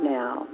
now